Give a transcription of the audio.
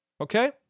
Okay